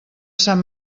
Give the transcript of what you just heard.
sant